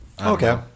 okay